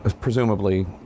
presumably